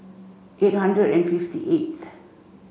eight hundred and fifty eighth